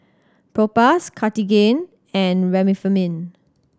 Propass Cartigain and Remifemin